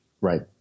Right